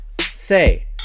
Say